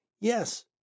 yes